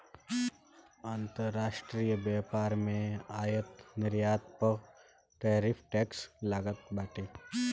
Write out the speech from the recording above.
अंतरराष्ट्रीय व्यापार में आयात निर्यात पअ टैरिफ टैक्स लागत बाटे